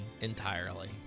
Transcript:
entirely